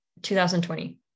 2020